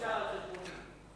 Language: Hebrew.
אם אפשר, על-חשבוני.